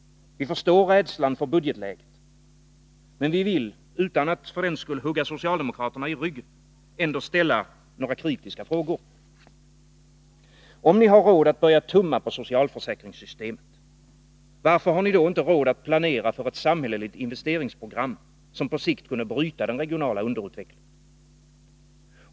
Vi förstår rädslan för budgetläget. Men vi vill — utan att för den skull hugga socialdemokraterna i ryggen — ändå ställa några kritiska frågor: Om ni har råd att börja tumma på socialförsäkringssystemet, varför har ni då inte råd att planera för ett samhälleligt investeringsprogram som på sikt kunde bryta den regionala underutvecklingen?